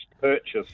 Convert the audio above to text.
purchase